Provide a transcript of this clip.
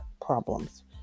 problems